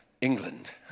England